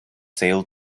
sale